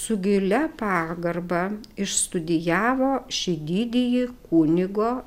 su gilia pagarba išstudijavo šį didįjį kunigo